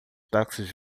táxis